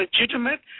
legitimate